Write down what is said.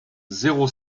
zéro